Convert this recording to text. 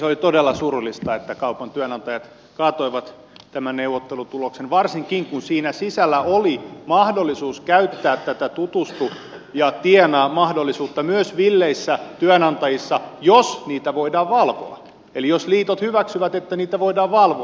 oli todella surullista että kaupan työnantajat kaatoivat tämän neuvottelutuloksen varsinkin kun siinä sisällä oli mahdollisuus käyttää tätä tutustu ja tienaa mahdollisuutta myös villeissä työnantajissa jos niitä voidaan valvoa eli jos liitot hyväksyvät että niitä voidaan valvoa